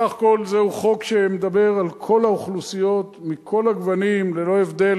בסך הכול זהו חוק שמדבר על כל האוכלוסיות מכל הגוונים ללא הבדל.